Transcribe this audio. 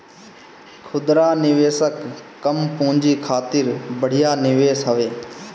खुदरा निवेशक कम पूंजी खातिर बढ़िया निवेश हवे